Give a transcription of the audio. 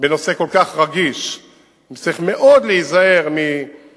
בנושא כל כך רגיש צריך מאוד להיזהר לא